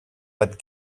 but